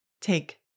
take